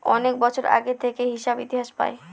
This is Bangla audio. অনেক বছর আগে থেকে হিসাব ইতিহাস পায়